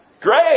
Great